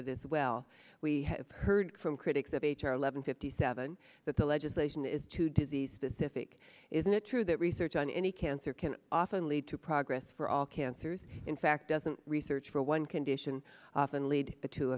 it is well we have heard from critics of h r eleven fifty seven that the legislation is too disease specific isn't it true that research on any cancer can often lead to progress for all cancers in fact doesn't research for one condition often lead to